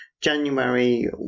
January